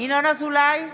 ינון אזולאי,